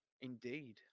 Indeed